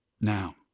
Now